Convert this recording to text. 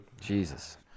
Jesus